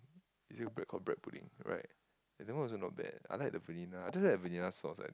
is it bread called bread pudding right ya that one also not bad I like the vanilla I just like the vanilla sauce